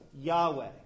Yahweh